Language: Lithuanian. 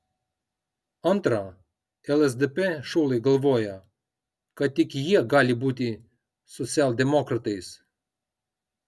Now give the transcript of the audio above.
antra lsdp šulai galvoja kad tik jie gali būti socialdemokratais